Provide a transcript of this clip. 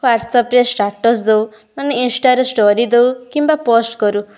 ୱାଟସପରେ status ଦଉ ମାନେ ଇନଷ୍ଟାରେ ଷ୍ଟୋରି ଦଉ କିମ୍ବା ପୋଷ୍ଟ କରୁ